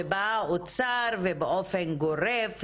בא האוצר ובאופן גורף,